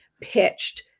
pitched